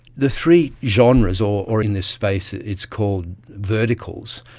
the three genres, or or in this space it's called verticals,